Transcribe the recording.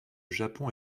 japon